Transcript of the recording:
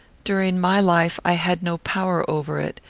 during my life, i had no power over it,